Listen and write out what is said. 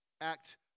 Act